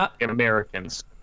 Americans